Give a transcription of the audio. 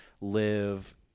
live